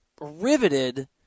riveted